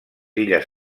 illes